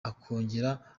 akongera